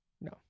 No